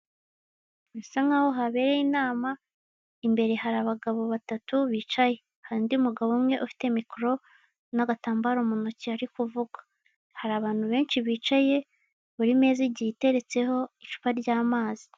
Bisa nkaho habereye inama, imbere hari abagabo batatu bicaye, hari undi mugabo umwe ufite mikoro n'agatambaro mu ntoki ari kuvuga. Hari abantu benshi bicaye, buri meza igiye iteretseho icupa ry'amazi.